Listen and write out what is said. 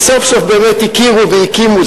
וסוף-סוף באמת הכירו והקימו.